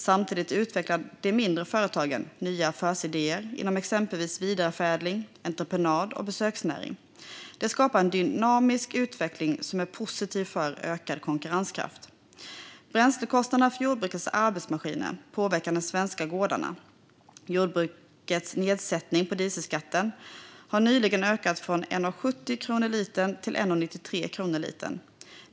Samtidigt utvecklar de mindre företagen nya affärsidéer inom exempelvis vidareförädling, entreprenad och besöksnäring. Det skapar en dynamisk utveckling som är positiv för ökad konkurrenskraft. Bränslekostnaderna för jordbrukets arbetsmaskiner påverkar de svenska gårdarna. Jordbrukets nedsättning av dieselskatten har nyligen ökat från 1,70 kronor per liter till 1,93 kronor per liter.